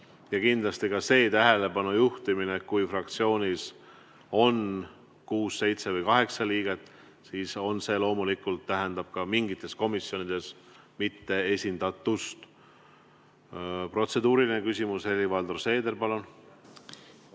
Ja kindlasti ka see tähelepanu juhtimine, et kui fraktsioonis on kuus, seitse või kaheksa liiget, siis see loomulikult tähendab mingites komisjonides mitteesindatust. Protseduuriline küsimus, Helir-Valdor Seeder, palun!